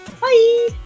Bye